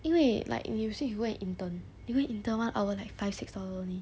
因为 like if you say you go and intern you go and intern one hour like five six dollar only